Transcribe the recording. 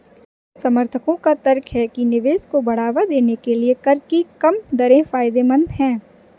समर्थकों का तर्क है कि निवेश को बढ़ावा देने के लिए कर की कम दरें फायदेमंद हैं